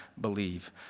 believe